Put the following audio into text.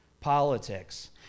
politics